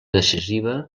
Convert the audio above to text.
decisiva